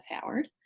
Howard